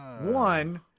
One